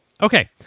Okay